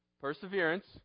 Perseverance